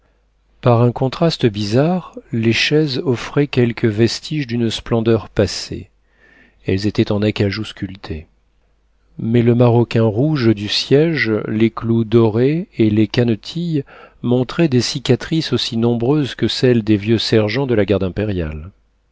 par un contraste bizarre les chaises offraient quelques vestiges d'une splendeur passée elles étaient en acajou sculpté mais le maroquin rouge du siége les clous dorés et les cannetilles montraient des cicatrices aussi nombreuses que celles des vieux sergents de la garde impériale